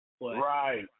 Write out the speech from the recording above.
Right